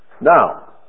Now